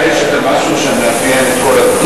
נדמה לי שזה משהו שמאפיין את כל הדתות.